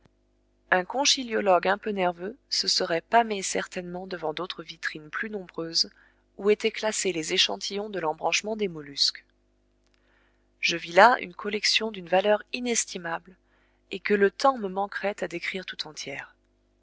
un conchyliologue un peu nerveux se serait pâmé certainement devant d'autres vitrines plus nombreuses où étaient classés les échantillons de l'embranchement des mollusques je vis là une collection d'une valeur inestimable et que le temps me manquerait à décrire tout entière